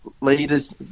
leaders